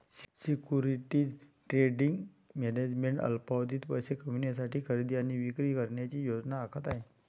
securities trading management अल्पावधीत पैसे कमविण्यासाठी खरेदी आणि विक्री करण्याची योजना आखत आहे